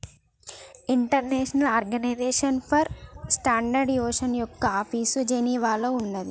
international organization for standardization యొక్క office జెనీవాలో ఉన్నాది